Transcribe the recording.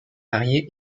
marié